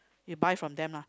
you buy from them lah